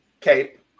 Cape